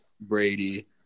Brady